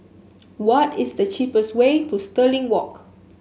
what is the cheapest way to Stirling Walk